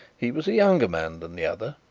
he was a younger man than the other,